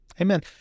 Amen